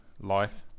life